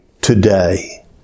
today